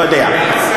לא יודע,